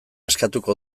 eskatuko